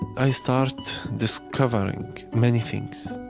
i start discovering many things.